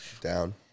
down